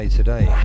today